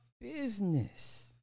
business